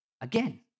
Again